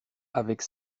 avec